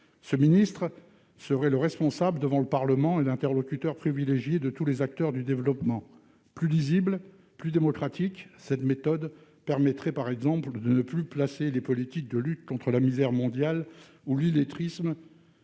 Ce ministre serait le responsable devant le Parlement et l'interlocuteur privilégié de tous les acteurs du développement. Plus lisible et plus démocratique, une telle méthode permettrait, par exemple, de ne plus placer les politiques de lutte contre la misère mondiale ou l'illettrisme